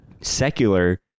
secular